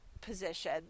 position